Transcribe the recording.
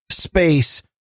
space